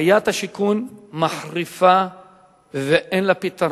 בעיית השיכון מחריפה ואין לה פתרון.